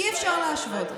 אי-אפשר להשוות.